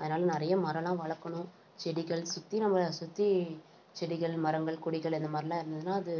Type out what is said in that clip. அதனால் நிறைய மரமெலாம் வளர்க்கணும் செடிகள் சுற்றி நம்மளை சுற்றி செடிகள் மரங்கள் கொடிகள் அந்த மாதிரிலாம் இருந்ததுன்னா அது